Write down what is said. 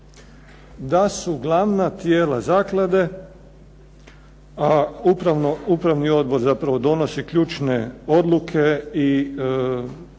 da su glavna tijela zaklade, a upravni odbor zapravo donosi ključne odluke i